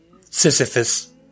Sisyphus